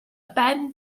ben